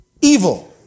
evil